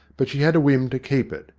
but she had a whim to keep it.